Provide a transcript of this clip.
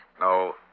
no